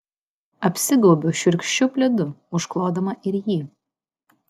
apsigaubiu šiurkščiu pledu užklodama ir jį